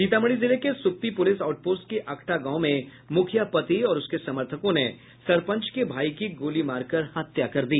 सीतामढ़ी जिले के Suppi police outpost के अखटा गांव में मुखिया पति और उसके समर्थकों ने सरपंच के भाई की गोली मारकर हत्या कर दी